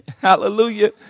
Hallelujah